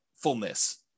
fullness